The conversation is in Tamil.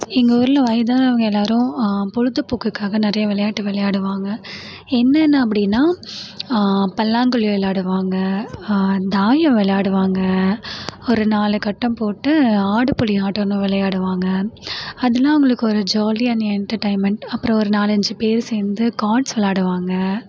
எங்கள் ஊர்ல வயதானவங்கள் எல்லாரும் பொழுதுபோக்குக்காக நிறைய விளையாட்டு விளையாடுவாங்கள் என்னென்ன அப்படின்னா பல்லாங்குழி விளையாடுவாங்கள் தாயம் விளையாடுவாங்கள் ஒரு நாலு கட்டம் போட்டு ஆடுபுலி ஆட்டம்னு விளையாடுவாங்கள் அதெல்லாம் அவங்களுக்கு ஒரு ஜாலி அண்ட் என்டர்டைன்மெண்ட் அப்புறம் ஒரு நாலஞ்சு பேர் சேர்ந்து கார்ட்ஸ் விளாடுவாங்கள்